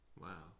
Wow